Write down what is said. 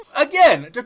again